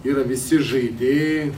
yra visi žaidėjai